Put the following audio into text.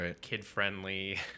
kid-friendly